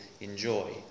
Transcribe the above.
enjoy